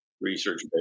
research